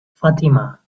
fatima